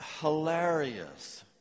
hilarious